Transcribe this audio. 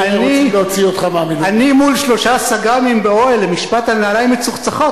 אני מול שלושה סג"מים באוהל למשפט על נעליים מצוחצחות,